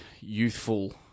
youthful